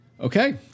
Okay